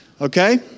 okay